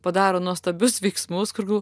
padaro nuostabius veiksmus kur galvo